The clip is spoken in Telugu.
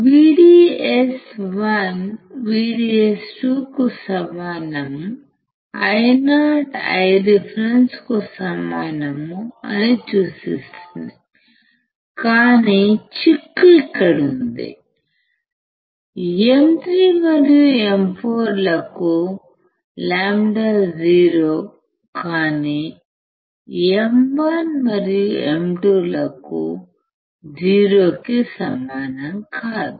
VDS1 VDS2కు సమానం Io Ireference కు సమానం అని సూచిస్తుంది కాని చిక్కు ఇక్కడ ఉంది M3 మరియు M4 లకు λ 0 కానీ M1 మరియుM2 లకు 0 కి సమానం కాదు